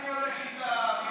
במקום להגיד: אני הולך איתם,